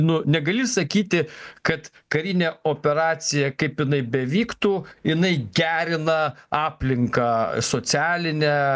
nu negali sakyti kad karinė operacija kaip jinai bevyktų jinai gerina aplinką socialinę